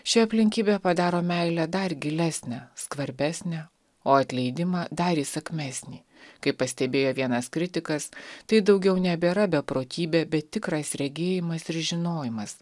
ši aplinkybė padaro meilę dar gilesnę skvarbesnę o atleidimą dar įsakmesnį kaip pastebėjo vienas kritikas tai daugiau nebėra beprotybė bet tikras regėjimas ir žinojimas